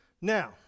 Now